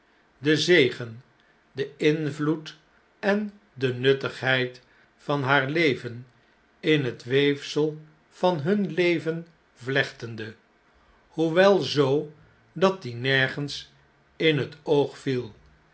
den zegen den invloed en de nuttigheid van haar leven in het weefsel van hun leven vlechtende hoewel zoo dat die nergens in het oog viel